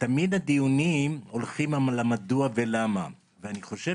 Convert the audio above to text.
תמיד הדיונים הולכים למדוע ולמה ואני חושב